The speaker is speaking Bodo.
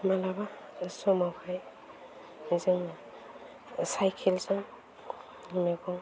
माब्लाबा समावहाय जों साइकेलजों मैगं